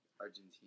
Argentina